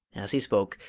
as he spoke,